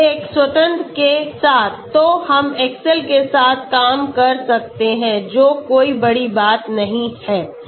एक स्वतंत्र के साथ तो हम एक्सेल के साथ काम कर सकते हैं जो कोई बड़ी बात नहीं है